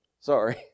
Sorry